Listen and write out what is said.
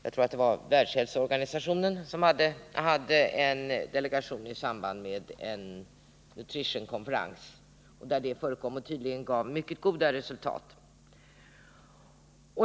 Jag tror att det var Världshälsoorganisationen som hade en delegation i samband med en nutritionskonferens, som tydligen gav mycket goda resultat.